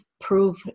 prove